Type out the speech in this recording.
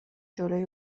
جلوی